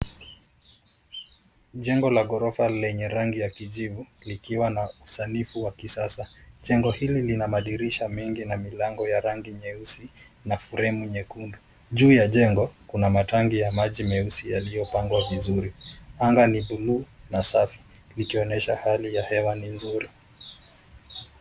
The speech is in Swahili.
Jengo la gorofa lenye rangi ya kijivu, likiwa na usanifu wa kisasa. Jengo hili lina madirisha mengi na milango ya rangi nyeusi na fremu nyekundu. Juu ya jengo kuna matangi ya maji meusi yaliyopangwa vizuri. Anga ni bluu na safi likionyesha hali ya hewa ni nzuri.